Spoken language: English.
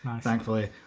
thankfully